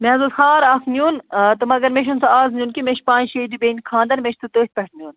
مےٚ حظ اوس ہار اَکھ نیُن تہٕ مگر مےٚ چھِنہٕ سُہ آز نیُن کیٚنٛہہ مےٚ چھِ پانٛژھِ شیٚیہِ دۄہہِ بیٚنہِ خانٛدَر مےٚ چھِ سُہ تٔتھۍ پٮ۪ٹھ نیُن